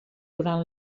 durant